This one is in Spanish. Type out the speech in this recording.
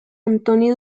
antoni